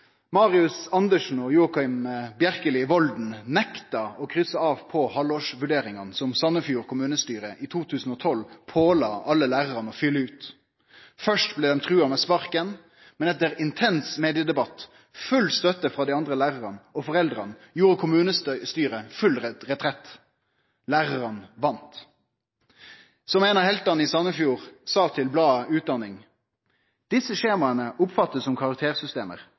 Marius Andersen og Joakim Bjerkely Volden nekta å krysse av på halvårsvurderingane som Sandefjord kommunestyre i 2012 påla alle lærarane å fylle ut. Først blei dei trua med å få sparken, men etter intens mediedebatt og full støtte frå dei andre lærarane og foreldra gjorde kommunestyret full retrett. Lærarane vann. Som ein av heltane i Sandefjord sa til bladet Utdanning: «Disse skjemaene oppfattes som karaktersystemer.